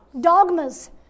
dogmas